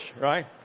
right